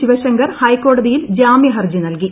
ശിവശങ്കർ ഹൈക്കോടതിയിൽ ജാമൃ ഹർജി നൽകി